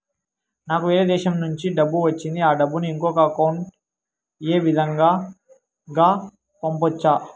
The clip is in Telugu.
నాకు వేరే దేశము నుంచి డబ్బు వచ్చింది ఆ డబ్బును ఇంకొక అకౌంట్ ఏ విధంగా గ పంపొచ్చా?